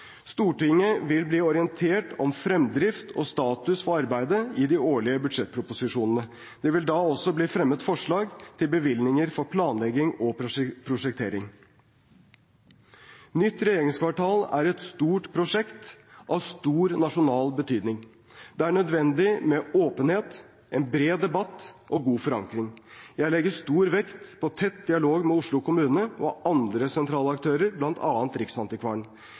Stortinget vil bli orientert om fremdrift og status for arbeidet i de årlige budsjettproposisjonene. Det vil da også bli fremmet forslag til bevilgninger for planlegging og prosjektering. Nytt regjeringskvartal er et stort prosjekt av stor nasjonal betydning. Det er nødvendig med åpenhet, en bred debatt og god forankring. Jeg legger stor vekt på tett dialog med Oslo kommune og andre sentrale aktører,